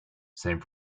same